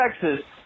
Texas